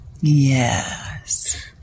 Yes